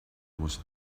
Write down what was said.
was